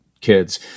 kids